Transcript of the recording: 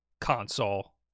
console